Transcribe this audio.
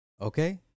Okay